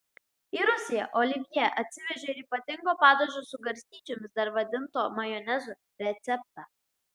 į rusiją olivjė atsivežė ir ypatingo padažo su garstyčiomis dar vadinto majonezu receptą